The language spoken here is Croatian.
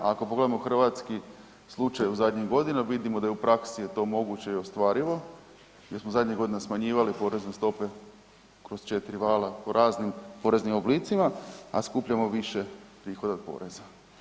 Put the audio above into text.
A ako pogledamo hrvatski slučaj u zadnjih godina vidimo da u praksi je to moguće i ostvarivo jer smo zadnjih godina smanjivali porezne stope kroz 4 vala u raznim poreznim oblicima, a skupljamo više prihoda od poreza.